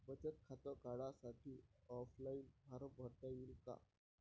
बचत खातं काढासाठी ऑफलाईन फारम भरता येईन का?